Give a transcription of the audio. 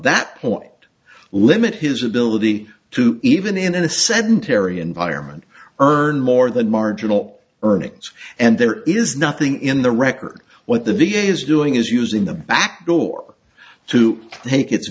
that point limit his ability to even in a sedentary environment earn more than marginal earnings and there is nothing in the record what the v a is doing is using the backdoor to make it